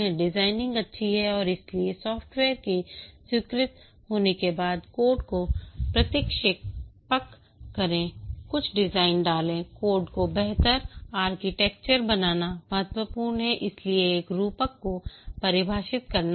designing अच्छी है और इसलिए सॉफ़्टवेयर के स्वीकृत होने के बाद कोड को प्रतिक्षेपक करें कुछ डिज़ाइन डालें कोड को बेहतर आर्किटेक्चर बनाना महत्वपूर्ण है और इसलिएएक रूपक को परिभाषित करना होगा